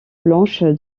blanche